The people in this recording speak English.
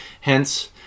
Hence